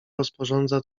rozporządza